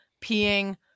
peeing